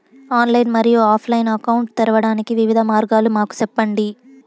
Online మరియు offline account తెరవడానికి వివిధ మార్గాలు మాకు సెప్పండి?